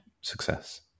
success